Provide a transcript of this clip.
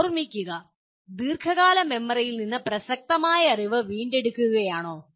ഓർമിക്കുന്നത് ദീർഘകാല മെമ്മറിയിൽ നിന്ന് പ്രസക്തമായ അറിവ് വീണ്ടെടുക്കുകയാണോ